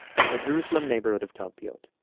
in the jerusalem neighborhood of talpiot.